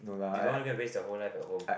they don't want to get waste their whole life at home